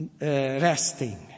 resting